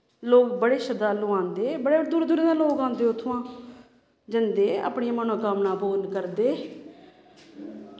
लोग बड़े श्रदालू आंदे बड़े दूरा दूरा दे लोग आंदे उत्थुआं जंदे अपनियां मनोकामनां पूर्ण करदे